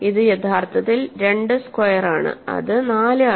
ഇത് യഥാർത്ഥത്തിൽ 2 സ്ക്വയറാണ് അത് 4 ആണ്